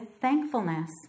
thankfulness